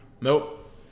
Nope